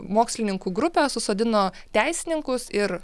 mokslininkų grupę susodino teisininkus ir